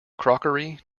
crockery